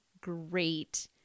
great